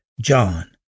John